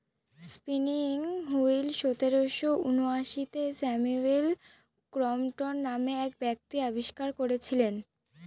spinning wheel সতেরোশো ঊনআশিতে Samuel Crompton নামে এক ব্যক্তি আবিষ্কার করেছিলেন